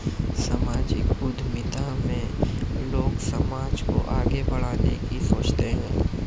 सामाजिक उद्यमिता में लोग समाज को आगे बढ़ाने की सोचते हैं